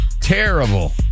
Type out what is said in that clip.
terrible